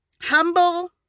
humble